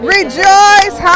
Rejoice